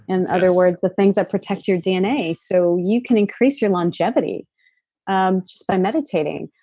in other words, the things that protect your dna so you can increase your longevity um just by meditating.